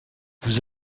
vous